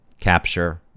capture